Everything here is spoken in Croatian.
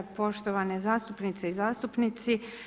Poštovane zastupnice i zastupnici.